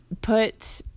put